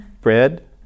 Bread